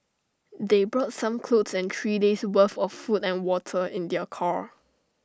they brought some clothes and three days' worth of food and water in their car